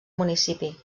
municipi